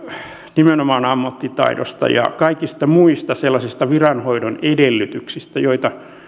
nimenomaan ammattitaidosta ja kaikista muista sellaisista viranhoidon edellytyksistä joita